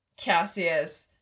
Cassius